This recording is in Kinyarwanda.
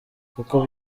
kuko